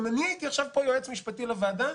אם אני הייתי עכשיו יועץ משפטי לוועדה,